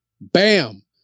Bam